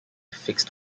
fixed